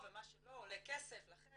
ומה שלא עולה כסף לכם,